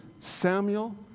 Samuel